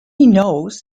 knows